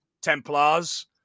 templars